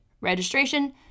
registration